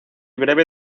breve